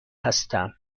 هستم